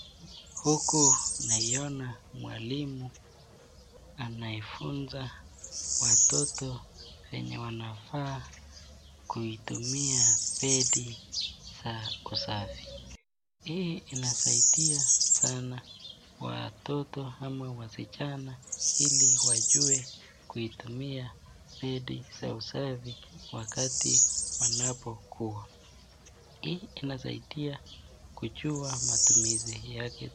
Huku naiona mwalimu anawafunza watoto venye wanafaa kutumia pedi za usafi. Hii inasaidia sana watoto ama wasichana ili wajue kutumia pedi za usafi wakati wanapokua. Hii inasaidia kujua matumizi yake.